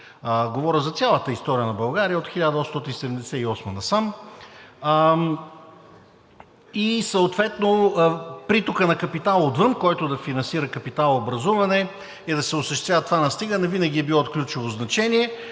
Говоря за цялата история на България от 1878 г. насам. Притокът на капитал отвън, който да финансира капиталообразуване и да се осъществява това настигане, винаги е било от ключово значение